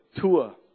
tour